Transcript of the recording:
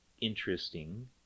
interesting